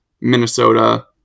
Minnesota